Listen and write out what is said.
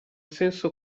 senso